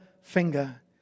finger